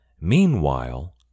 Meanwhile